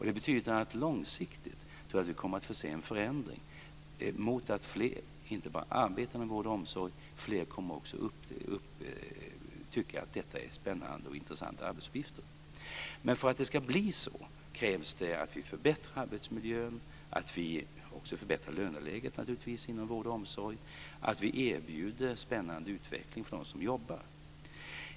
Det betyder bl.a. att vi långsiktigt kommer att få se en förändring i riktning inte bara mot att fler arbetar inom vård och omsorg, utan också mot att fler kommer att tycka att detta är spännande och intressanta arbetsuppgifter. Men för att det ska bli så krävs det att vi förbättrar arbetsmiljön, att vi naturligtvis också förbättrar löneläget inom vård och omsorg och att vi erbjuder en spännande utveckling för dem som jobbar.